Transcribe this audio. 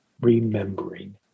remembering